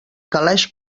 calaix